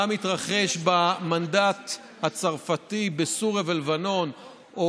מה מתרחש במנדט הצרפתי בסוריה ולבנון או